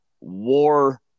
war